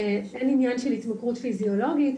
אין ענין של התמכרות פיזיולוגית,